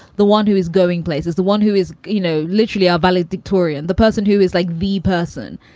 the one who is going places, the one who is, you know, literally our valedictorian, the person who is like b person.